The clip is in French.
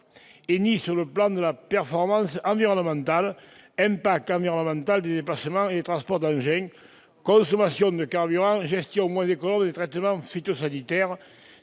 -, ni de celui de la performance environnementale- impact environnemental des déplacements et des transports d'engins, consommation de carburant, gestion moins économe des traitements phytosanitaires